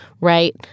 right